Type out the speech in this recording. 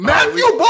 Matthew